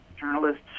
journalists